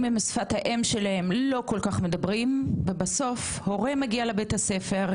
שפת האם שלהם לא כל כך מדברים ובסוף הורה מגיע לבית הספר,